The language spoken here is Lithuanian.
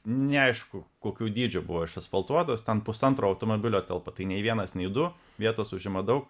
neaišku kokių dydžių buvo išasfaltuotos ten pusantro automobilio telpa tai nei vienas nei du vietos užima daug